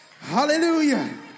Hallelujah